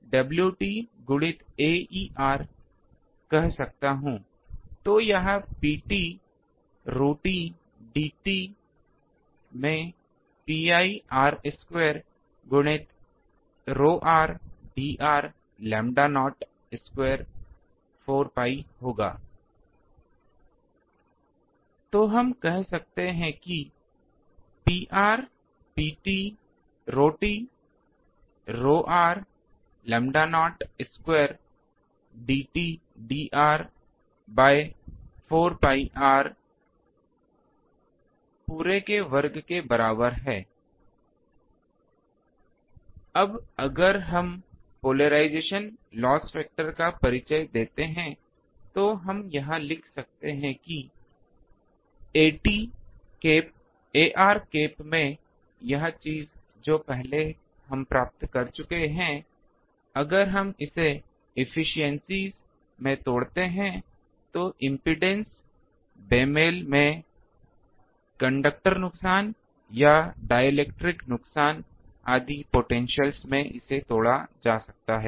तो यह Pt ρt Dt में 4 pi r वर्ग गुणित ρr Dr 𝝺0 वर्ग 4 pi होगा तो हम कह सकते हैं कि Pr ρt ρr 𝝺0 वर्ग Dt Dr द्वारा 4 pi R पूरे के वर्ग के बराबर है अब अगर हम पोलराइजेशन लॉस फैक्टर का परिचय देते हैं तो हम यहां लिख सकते हैं कि at कैप ar कैप में यह चीज जो हम पहले प्राप्त कर चुके हैं अगर हम इसे एफ्फिसिएन्सिस में तोड़ते हैं तो इम्पीडेन्स बेमेल में कंडक्टर नुकसान में डिएलेक्ट्रिक नुकसान आदि पोटेंशिअल्स में इसे तोड़ा जा सकता है